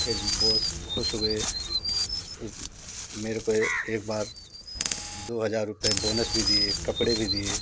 फिर बॉस खुश हुए मेरे को एक बार दो हज़ार रुपये बोनस भी दिए कपड़े भी दिए